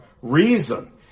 reason